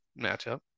matchup